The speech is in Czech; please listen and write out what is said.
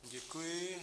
Děkuji.